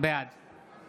בעד